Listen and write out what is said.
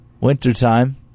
wintertime